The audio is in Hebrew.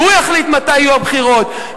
והוא יחליט מתי יהיו הבחירות,